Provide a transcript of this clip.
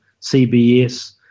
CBS